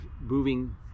moving